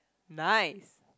nice